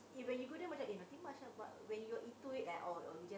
you when you go there wasn't anything much lah but when you do it at all you know